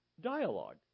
dialogue